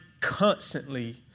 constantly